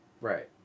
Right